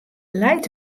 leit